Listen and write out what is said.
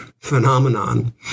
phenomenon